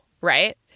right